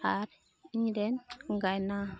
ᱟᱨ ᱤᱧ ᱨᱮᱱ ᱜᱟᱭᱱᱟ